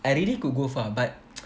I really could go far but